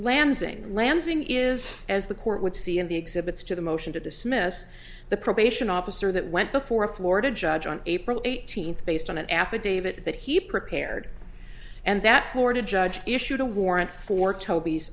lansing lansing is as the court would see in the exhibits to the motion to dismiss the probation officer that went before a florida judge on april eighteenth based on an affidavit that he prepared and that florida judge issued a warrant for toby's